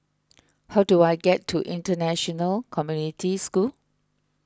how do I get to International Community School